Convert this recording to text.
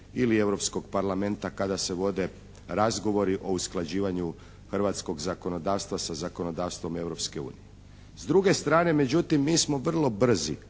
ili Europskog parlamenta kada se vode razgovori o usklađivanju hrvatskog zakonodavstva sa zakonodavstvom Europske unije. S druge strane međutim mi smo vrlo brzi,